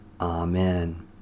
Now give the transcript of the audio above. Amen